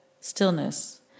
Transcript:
stillness